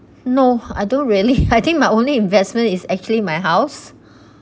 no I don't really I think my only investment is actually my house